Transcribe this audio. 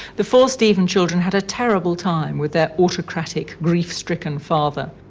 the four stephen children had a terrible time with their autocratic, grief-stricken father.